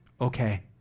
okay